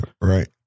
Right